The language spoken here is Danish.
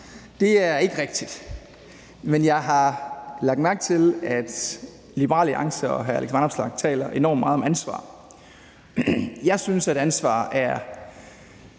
Det er ikke rigtigt, men jeg har lagt mærke til, at Liberal Alliance og hr. Alex Vanopslagh taler enormt meget om ansvar. Jeg synes, at ansvar er